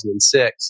2006